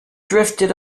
drifted